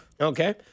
Okay